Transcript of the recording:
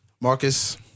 Marcus